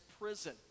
prison